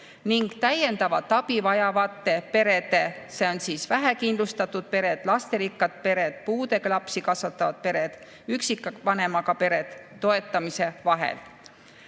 ning täiendavat abi vajavate perede (vähekindlustatud pered, lasterikkad pered, puudega lapsi kasvatavad pered, üksikvanemaga pered) toetamise vahel."